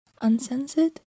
uncensored